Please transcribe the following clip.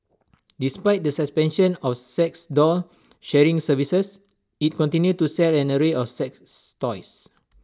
despite the suspension of sex doll sharing services IT continue to sell an array of sex toys